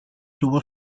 tuvo